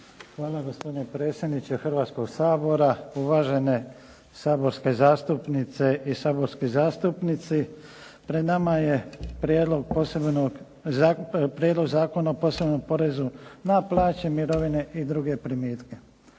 Hvala. Gospodine predsjedniče Hrvatskoga sabora, uvažene saborske zastupnice i saborski zastupnici. Pred nama je Prijedlog zakona o posebnom porezu na plaće, mirovine i druge primitke.